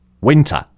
winter